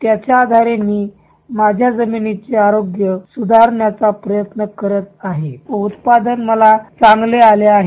त्याच्या आधारे मी जमिनीचे आरोग्य स्धारण्याचा प्रयत्न करित आहे व उत्पादन मला चांगले आले आहेत